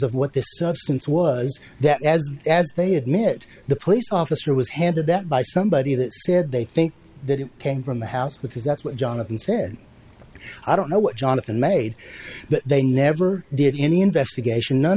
of what this substance was that as the as they admit the police officer was handed that by somebody that said they think that it came from the house because that's what jonathan said i don't know what jonathan made but they never did any investigation none